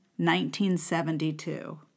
1972